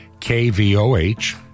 KVOH